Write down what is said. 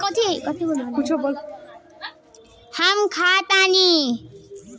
कैसे हम सामाजिक योजना खातिर आवेदन कर सकत बानी?